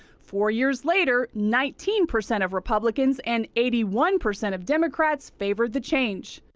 four years later, nineteen percent of republicans and eighty one percent of democrats favor the change.